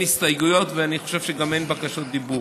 אין הסתייגויות, ואני חושב שאין גם בקשות דיבור.